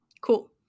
Cool